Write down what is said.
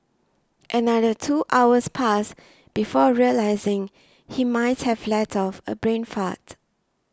another two hours passed before realising he might have let off a brain fart